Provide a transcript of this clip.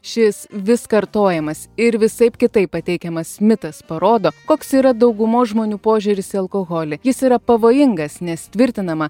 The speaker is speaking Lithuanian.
šis vis kartojamas ir visaip kitaip pateikiamas mitas parodo koks yra daugumos žmonių požiūris į alkoholį jis yra pavojingas nes tvirtinama